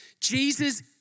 Jesus